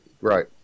right